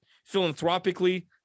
Philanthropically